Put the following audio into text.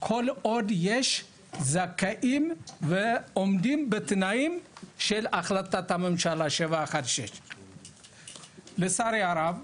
כל עוד יש זכאים ועומדים בתנאים של החלטת הממשלה 716. לצערי הרב,